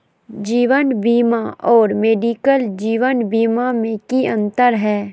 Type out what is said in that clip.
जीवन बीमा और मेडिकल जीवन बीमा में की अंतर है?